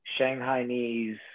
Shanghainese